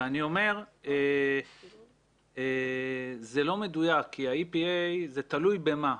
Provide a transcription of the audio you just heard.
אני אומר שזה לא מדויק כי ה-EPA, זה תלוי במה.